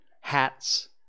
hats